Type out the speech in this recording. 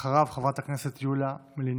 אחריו, חברת הכנסת יוליה מלינובסקי.